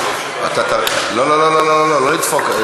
לא לא לא, לא לדפוק.